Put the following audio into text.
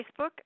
Facebook